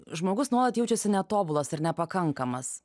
žmogus nuolat jaučiasi netobulas ir nepakankamas